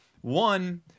One